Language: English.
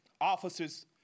officers